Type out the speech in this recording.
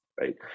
right